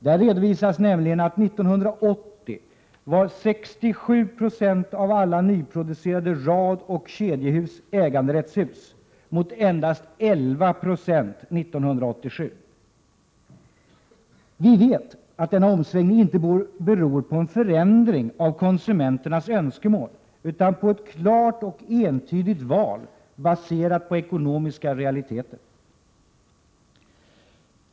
Där redovisas nämligen att 67 Ze av alla nyproducerade radoch kedjehus var äganderättshus 1980, jämfört med endast 11 96 år 1987. Vi vet att denna omsvängning inte beror på en förändring av konsumenternas önskemål utan att den beror på ett klart och entydigt val baserat på ekonomiska realiteter.